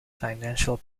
financial